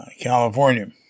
California